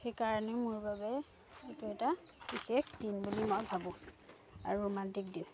সেইকাৰণে মোৰ বাবে এইটো এটা বিশেষ দিন বুলি মই ভাবোঁ আৰু ৰোমান্টিক দিন